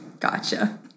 Gotcha